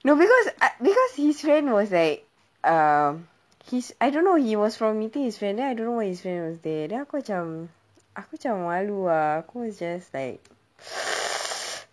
no because I because his friend was like um his I don't know he was from meeting his friend then I don't know why his friend was there then aku macam aku macam malu ah it was just like